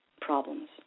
problems